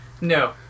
No